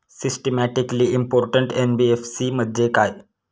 Systematically important NBFC म्हणजे काय?